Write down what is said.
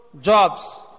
jobs